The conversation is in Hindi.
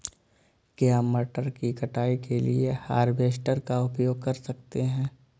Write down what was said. क्या मटर की कटाई के लिए हार्वेस्टर का उपयोग कर सकते हैं?